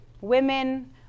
women